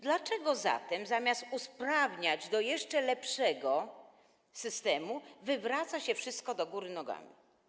Dlaczego zatem zamiast usprawniać, dążyć do jeszcze lepszego systemu, wywraca się wszystko do góry nogami?